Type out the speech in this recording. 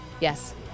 Yes